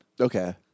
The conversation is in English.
Okay